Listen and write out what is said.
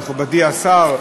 מכובדי השר,